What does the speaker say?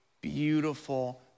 beautiful